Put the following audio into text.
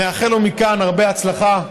נאחל לו מכאן הרבה הצלחה,